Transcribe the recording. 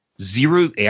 zero